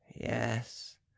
yes